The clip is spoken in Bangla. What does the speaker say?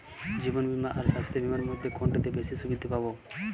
জীবন বীমা আর স্বাস্থ্য বীমার মধ্যে কোনটিতে বেশী সুবিধে পাব?